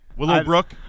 Willowbrook